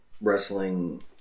wrestling